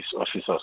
officers